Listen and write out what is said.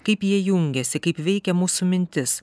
kaip jie jungiasi kaip veikia mūsų mintis